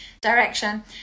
direction